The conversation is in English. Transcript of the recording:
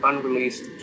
Unreleased